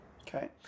Okay